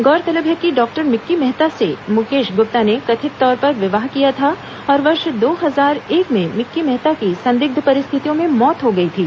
गौरतलब है कि डॉक्टर मिक्की मेहता से मुकेश गुप्ता ने कथित तौर पर विवाह किया था और वर्ष दो हजार एक में मिक्की मेहता की संदिग्ध परिस्थितियों में मौत हो गई थी